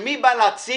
מי שבא להציג,